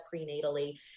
prenatally